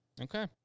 okay